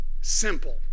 simple